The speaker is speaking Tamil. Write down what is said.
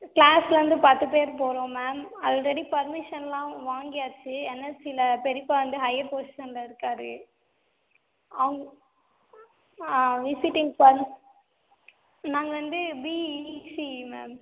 கிளாஸ்லிருந்து பத்து பேர் போகிறோம் மேம் அல்ரெடி பர்மிஷன்லாம் வாங்கியாச்சு என்எல்சியில் பெரியப்பா வந்து ஹையர் பொசிஷனில் இருக்கார் அவங்கள் ஆ விசிட்டிங் பர் நாங்கள் வந்து பிஇ இசிஇ மேம்